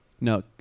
No